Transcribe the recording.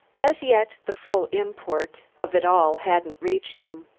as yet the full import of it all hadn't reached him.